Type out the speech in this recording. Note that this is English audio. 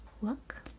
look